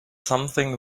something